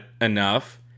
enough